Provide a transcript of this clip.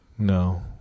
No